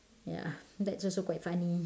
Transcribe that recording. ya that's also quite funny